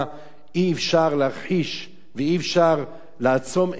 אי-אפשר להכחיש טבח נורא ואי-אפשר לעצום עיניים.